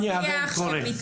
אני קורא להן כך.